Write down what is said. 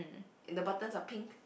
the buttons are pink